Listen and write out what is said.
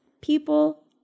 people